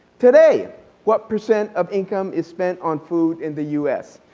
today what percent of income is spent on food in the u s?